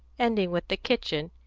ending with the kitchen,